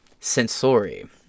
Sensori